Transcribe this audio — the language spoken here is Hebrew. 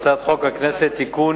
הצעת חוק הכנסת (תיקון,